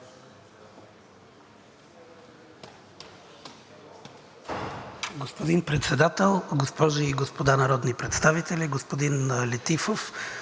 Господин Председател, госпожи и господа народни представители! Господин Летифов,